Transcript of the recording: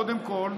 קודם כול,